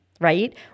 right